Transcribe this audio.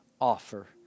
offer